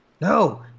No